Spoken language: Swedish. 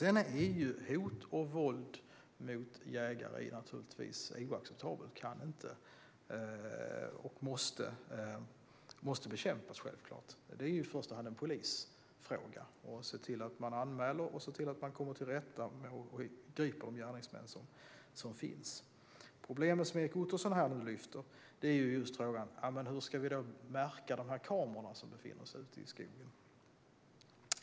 Hot och våld mot jägare är naturligtvis oacceptabelt, och det måste självklart bekämpas. Detta är i första hand en polisfråga. Man får se till att anmäla det, och sedan får polisen gripa de gärningsmän som finns. Det problem som Erik Ottoson lyfter upp handlar om hur man ska märka de kameror som finns ute i skogen.